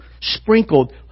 sprinkled